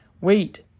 Wait